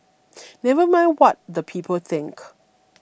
never mind what the people think